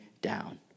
down